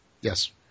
Yes